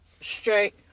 straight